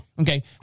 Okay